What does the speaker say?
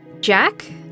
Jack